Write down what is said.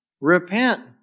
Repent